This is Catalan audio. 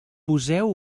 poseu